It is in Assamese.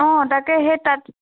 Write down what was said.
অঁ তাকে সেই তাত